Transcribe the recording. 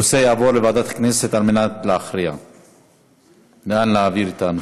הנושא יעבור לוועדת הכנסת על מנת להכריע לאן להעביר את הנושא.